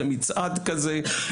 זה מצעד כזה.